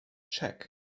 check